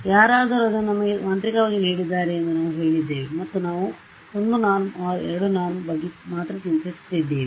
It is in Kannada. ಯಾರಾದರೂ ಅದನ್ನು ನನಗೆ ಮಾಂತ್ರಿಕವಾಗಿ ನೀಡಿದ್ದಾರೆ ಎಂದು ನಾವು ಹೇಳಿದ್ದೇವೆ ಮತ್ತು ನಾವು 1 norm or 2 norm ಬಗ್ಗೆ ಮಾತ್ರ ಚಿಂತಿಸುತ್ತಿದ್ದೇವೆ